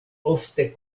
ofte